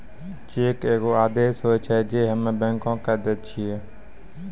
cheque एगो आदेश होय छै जे हम्मे बैंको के दै छिये